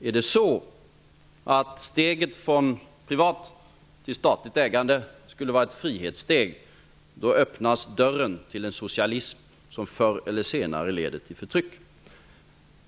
Är det så att steget från privat till statligt ägande skulle vara ett frihetssteg öppnas dörren till en socialism som förr eller senare leder till förtryck.